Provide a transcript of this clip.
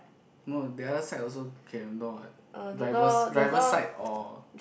not the other side also can you know what drivers driver side or